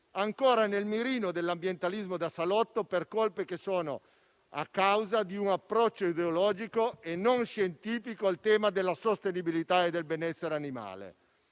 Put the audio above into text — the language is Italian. ancora nel mirino dell'ambientalismo da salotto per colpe che derivano da un approccio ideologico e non scientifico al tema della sostenibilità e del benessere animale.